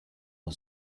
for